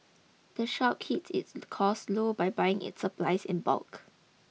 the shop keeps its costs low by buying its supplies in bulk